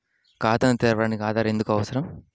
ఖాతాను తెరవడానికి ఆధార్ ఎందుకు అవసరం?